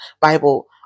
Bible